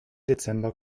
dezember